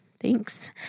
thanks